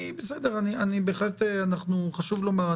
חשוב לומר,